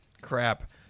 Crap